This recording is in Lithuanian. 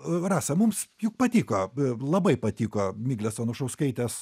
rasa mums juk patiko labai patiko miglės anušauskaitės